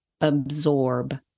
absorb